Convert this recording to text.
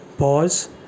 Pause